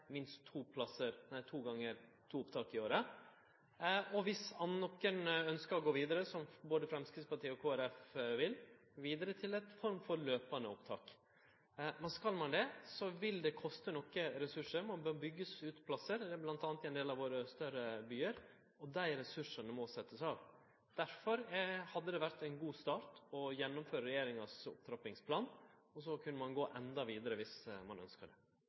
minst to opptak i året – og dersom nokon ønskjer å gå vidare, som både Framstegspartiet og Kristeleg Folkeparti vil, gå vidare til ei form for løpande opptak? Skal ein det, vil det koste nokre ressursar. Ein bør byggje ut plassar, bl.a. i ein del av våre større byar, og dei ressursane må setjast av. Derfor hadde det vore ein god start å gjennomføre regjeringas opptrappingsplan, og så kunne ein gå endå vidare dersom ein ønskte det.